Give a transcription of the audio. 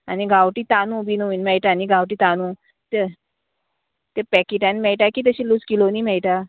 आनी गांवठी तानू बी न्हू बीन मेळटा आनी गांवटी तानू तें तें पॅकेटान मेळटा की तशें लूज किलोनी मेळटा